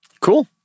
Cool